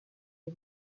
you